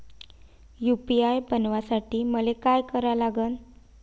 UPI बनवासाठी मले काय करा लागन?